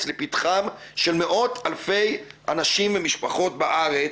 לפתחם של מאות אלפי אנשים ומשפחות בארץ,